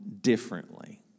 differently